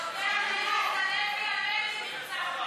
השוטר ארז לוי עמדי נרצח בדם קר.